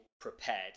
prepared